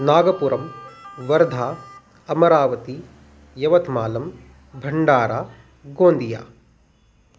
नागपुरं वर्धा अमरावति यवत्मालं भण्डारा गोण्डिया